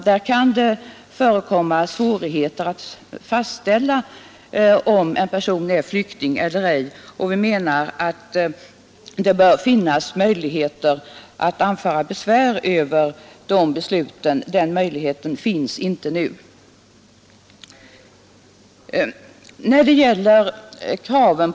Det kan förekomma svårigheter att fastställa om en person är flykting eller ej, och vi menar att det bör finnas möjligheter att anföra besvär över besluten. Den möjligheten finns inte nu.